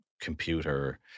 computer